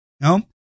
No